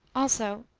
also,